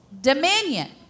dominion